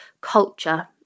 culture